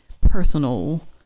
personal